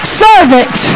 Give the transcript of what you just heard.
servant